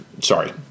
sorry